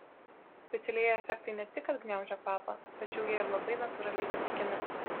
specialieji efektai ne tik kad gniaužia kvapą tačiau jie ir labai natūraliai pateikiami